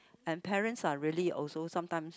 and parents are really also sometimes